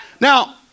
now